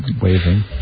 waving